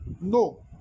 No